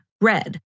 red